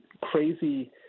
crazy